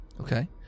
Okay